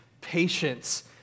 patience